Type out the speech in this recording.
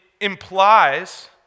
implies